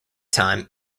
time